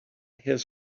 his